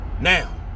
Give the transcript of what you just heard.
Now